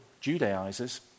Judaizers